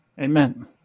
Amen